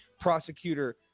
prosecutor